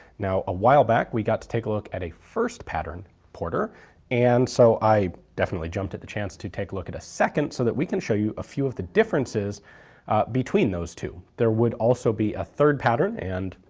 now a while back we got to take a look at a first pattern porter and so i definitely jumped at the chance to take a look at a second, so that we can show you a few of the differences between those two. there would also be a third pattern and,